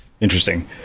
interesting